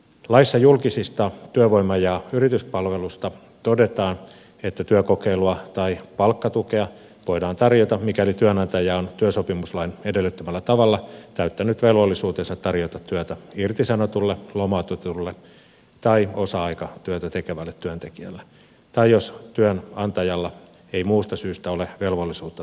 laissa julkisesta työvoima ja yrityspalvelusta todetaan että työkokeilua tai palkkatukea voidaan tarjota mikäli työnantaja on työsopimuslain edellyttämällä tavalla täyttänyt velvollisuutensa tarjota työtä irtisanotulle lomautetulle tai osa aikatyötä tekevälle työntekijälle tai jos työnantajalla ei muusta syystä ole velvollisuutta työn tarjoamiseen